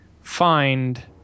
find